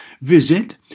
Visit